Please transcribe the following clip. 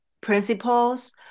principles